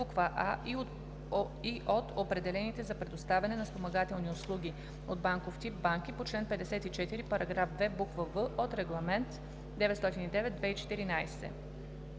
буква „а“ и от определените за предоставяне на спомагателни услуги от банков тип банки по чл. 54, параграф 2, буква „б“ от Регламент (ЕС)